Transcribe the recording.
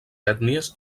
ètnies